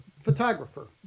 photographer